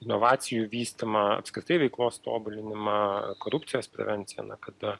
inovacijų vystymą apskritai veiklos tobulinimą korupcijos prevenciją na kada